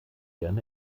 gern